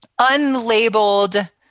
unlabeled